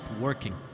working